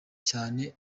cyane